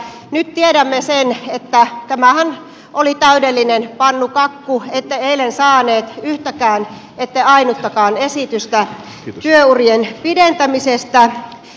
nyt tiedämme sen että tämähän oli täydellinen pannukakku ette eilen saanut yhtäkään ette ainuttakaan esitystä työurien pidentämisestä